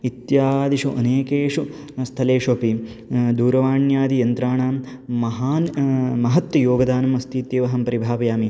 इत्यादिषु अनेकेषु स्थलेषु अपि दूरवाण्यादि यन्त्राणां महान् महत् योगदानम् अस्ति इत्येव अहं परिभावयामि